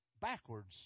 backwards